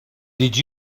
did